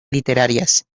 literarias